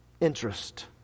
interest